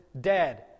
dead